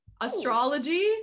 astrology